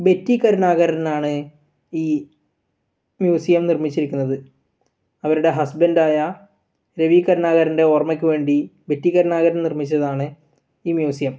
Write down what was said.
Betty കരുണാകരനാണ് ഈ museum നിർമ്മിച്ചിരിക്കുന്നത് അവരുടെ ഹസ്ബൻറ്റായ രവി കരുണാകരൻ്റെ ഓർമ്മക്ക് വേണ്ടി ബെറ്റി കരുണാകരൻ നിർമ്മിച്ചതാണ് ഈ മ്യൂസിയം